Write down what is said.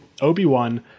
Obi-Wan